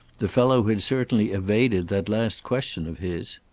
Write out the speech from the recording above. the fellow had certainly evaded that last question of his.